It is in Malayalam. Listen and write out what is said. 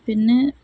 പിന്നെ